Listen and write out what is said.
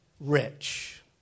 rich